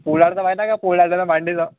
पोलार्डचं माहिती आहे का पोलार्डचा मांडीचा